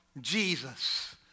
Jesus